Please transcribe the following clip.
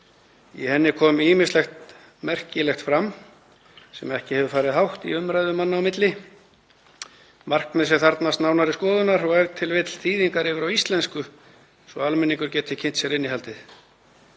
Í henni kom ýmislegt merkilegt fram sem ekki hefur farið hátt í umræðu manna á milli, markmið sem þarfnast nánari skoðunar og e.t.v. þýðingar yfir á íslensku svo að almenningur geti kynnt sér innihaldið.